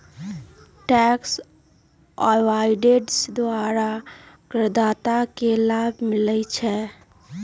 tax avoidance द्वारा करदाता के लाभ मिलइ छै